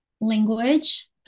language